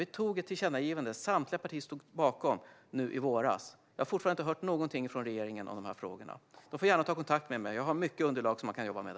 Vi beslutade om ett tillkännagivande i våras. Samtliga partier stod bakom det. Men jag har fortfarande inte hört någonting från regeringen om de här frågorna. De får gärna ta kontakt med mig. Jag har mycket underlag som man kan jobba med.